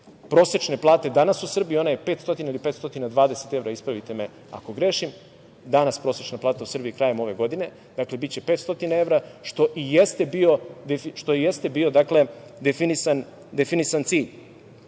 prosečne plate danas u Srbiji. Ona je 500 ili 520 evra, ispravite me ako grešim, krajem ove godine. Dakle, biće 500 evra, što i jeste bio definisan cilj.